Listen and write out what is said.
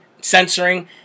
censoring